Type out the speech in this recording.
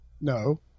No